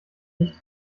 nicht